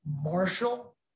Marshall